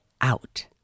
out